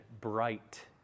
bright